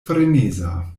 freneza